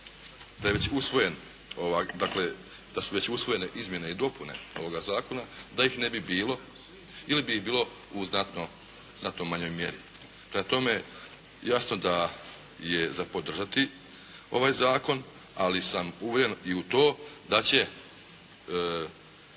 da su već usvojene izmjene i dopune ovoga zakona da ih ne bi bilo ili bi ih bilo u znatno manjoj mjeri. Prema tome jasno da je za podržati ovaj zakon, ali sam uvjeren i u to da će